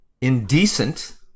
Indecent